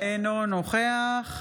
אינו נוכח